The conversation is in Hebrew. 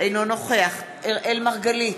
אינו נוכח אראל מרגלית,